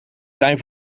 zijn